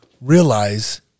realize